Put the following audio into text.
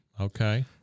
Okay